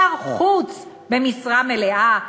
שר חוץ במשרה מלאה?